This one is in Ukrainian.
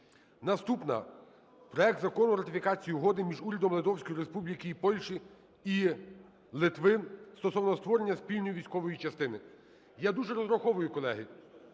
Наступна – проект Закону про ратифікацію Угоди між Урядом Литовської Республіки, Польщі і Литви стосовно створення спільної військової частини. Я дуже розраховую, колеги,